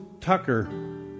Tucker